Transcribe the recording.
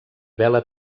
vela